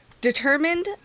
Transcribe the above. determined